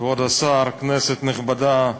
כבוד השר, כנסת נכבדה,